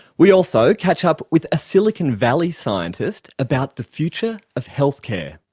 we also catch up with a silicon valley scientist about the future of healthcare.